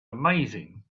amazing